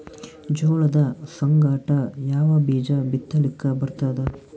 ಜೋಳದ ಸಂಗಾಟ ಯಾವ ಬೀಜಾ ಬಿತಲಿಕ್ಕ ಬರ್ತಾದ?